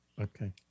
Okay